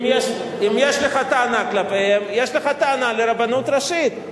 אם יש לך טענה כלפיהם, יש לך טענה לרבנות ראשית.